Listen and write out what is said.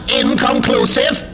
inconclusive